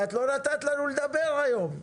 לא נתת לנו לדבר היום.